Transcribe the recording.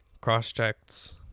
cross-checks